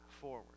forward